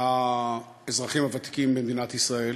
האזרחים הוותיקים במדינת ישראל,